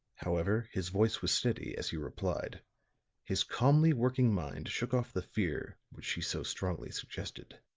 however, his voice was steady as he replied his calmly working mind shook off the fear which she so strongly suggested.